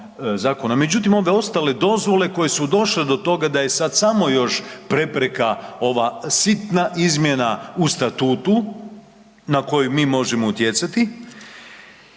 međutim onda ostale dozvole koje su došle do toga da je sad samo još prepreka ova sitna izmjena u statutu na koji mi možemo utjecati,